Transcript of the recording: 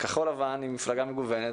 כחול לבן היא מפלגה מגוונת.